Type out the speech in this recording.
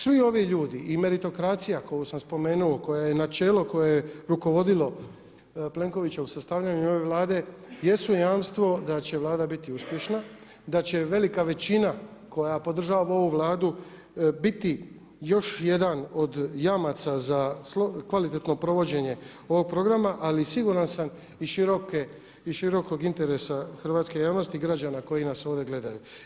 Svi ovi ljudi i meritokracija koju sam spomenuo koja je načelo, koja je rukovodilo Plenkovića u sastavljanju ove Vlade jesu jamstvo da će Vlada biti uspješna, da će velika većina koja podržava ovu Vladu biti još jedan od jamaca za kvalitetno provođenje ovoga programa ali siguran sam i širokog interesa hrvatske javnosti i građana koji nas ovdje gledaju.